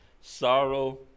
sorrow